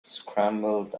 scrambled